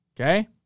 okay